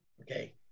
Okay